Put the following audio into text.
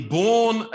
born